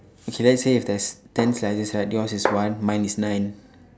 K let's I say if there's ten slices right yours is one mine is nine